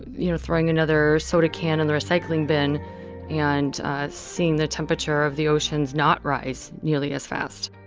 you know, throwing another soda can in the recycling bin and seeing the temperature of the oceans not rise nearly as fast